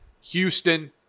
Houston